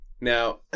Now